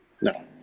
No